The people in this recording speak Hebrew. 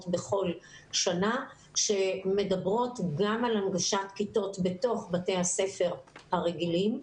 בכל שנה שמדברות גם על הנגשת כיתות בתוך בתי הספר הרגילים.